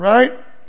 Right